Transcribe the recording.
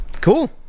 Cool